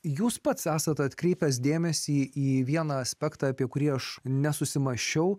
jūs pats esat atkreipęs dėmesį į vieną aspektą apie kurį aš nesusimąsčiau